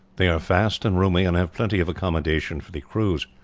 they are fast and roomy, and have plenty of accommodation for the crews.